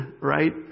right